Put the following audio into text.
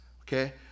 okay